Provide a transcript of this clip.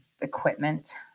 equipment